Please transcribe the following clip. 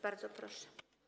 Bardzo proszę.